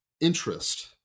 interest